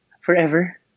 Forever